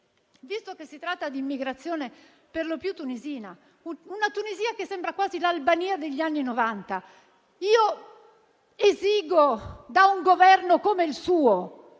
visto che si tratta di immigrazione perlopiù tunisina, una Tunisia che sembra quasi l'Albania degli anni Novanta, io esigo da un Governo come il suo